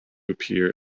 appear